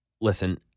Listen